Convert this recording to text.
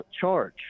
charge